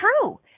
true